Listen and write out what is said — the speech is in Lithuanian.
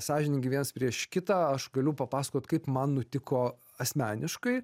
sąžiningi vienas prieš kitą aš galiu papasakot kaip man nutiko asmeniškai